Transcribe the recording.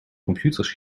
computers